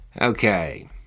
Okay